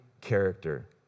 character